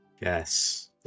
Yes